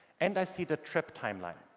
and i see the trip timeline.